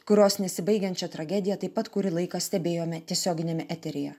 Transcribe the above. kurios nesibaigiančią tragediją taip pat kurį laiką stebėjome tiesioginiame eteryje